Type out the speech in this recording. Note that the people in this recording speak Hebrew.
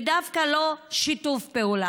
ודווקא לא "שיתוף פעולה".